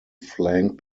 flank